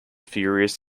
furious